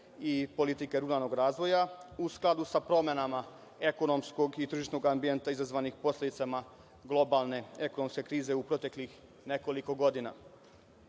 i politike ruralnog razvoja, u skladu sa promenama ekonomskog i tržišnog ambijenata izazvanog posledicama globalne ekonomske krize u proteklih nekoliko